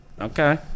okay